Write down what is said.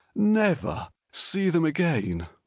nev-ver see them again.